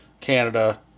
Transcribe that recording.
Canada